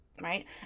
right